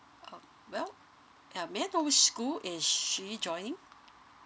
oh well uh may I know which school in she joining